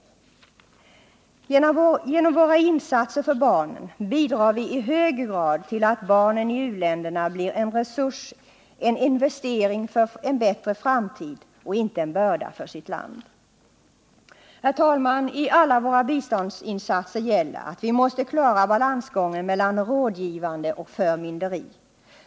Nr 135 Genom våra insatser för barnen bidrar vi i hög grad till att barnen i u-länderna Onsdagen den blir en resurs, en investering för en bättre framtid och inte en börda för sitt 2 maj 1979 land. Herr talman! I alla våra biståndsinsatser gäller att vi måste klara balansgången mellan rådgivning och förmynderi.